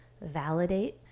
Validate